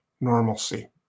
normalcy